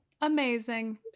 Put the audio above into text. Amazing